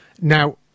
Now